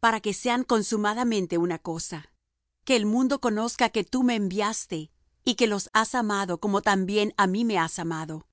para que sean consumadamente una cosa que el mundo conozca que tú me enviaste y que los has amado como también á mí me has amado